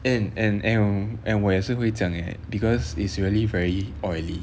and and and 我也会这样 eh because is really very oily